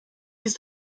ist